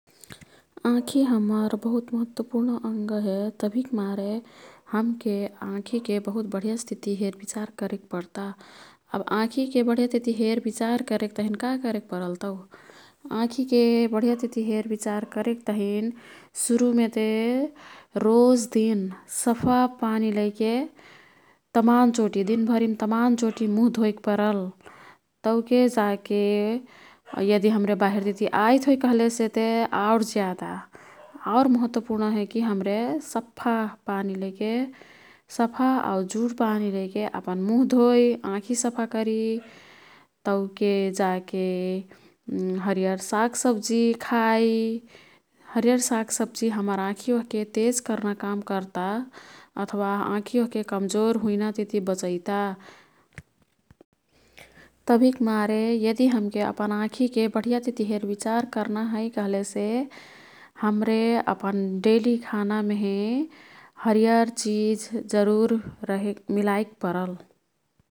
आँखी हम्मर महत्वपूर्ण अंग हे। तभिक मारे हमके आँखीके बहुत बढियस् तिती हेरविचार करेक् पर्ता। अब आँखीके बढियतिती हेरविचार करेक् तहिन का करेक् परल तौ। आँखीके बढियातिती हेरविचार करेक तहिन सुरुमेते रोजदिन सफा पानी लैके तमान चोटी दिन भरिम तमान चोटी मुह धोईक परल। तौके जाके यदि हाम्रे बाहिरतिती आईत् होई कह्लेसेते आउर ज्यादा आउर महत्वपूर्ण हे की हाम्रे सफा पानी लैके सफा आऊ जुड पानी लैके अपन मुह धोई आँखी सफा करी। तौके जाके हरियर साग सब्जी खाई। हरियर साग सब्जी हम्मर आँखी ओह्के तेज कर्ना काम कर्ता अथवा आँखी ओह्के कमजोर हुइनातिती बचैता। तभिक मारे यदि हमके अपन आँखीके बढियतिती हेरविचार कर्ना है कह्लेसे हाम्रे अपन डेली खानामेहे हरियर चिज जरुर मिलाईक् परल।